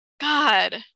God